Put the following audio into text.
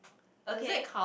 okay